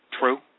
true